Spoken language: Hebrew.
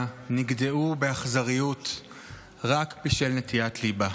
נגדעו באכזריות רק בשל נטיית ליבה.